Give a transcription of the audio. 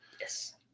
Yes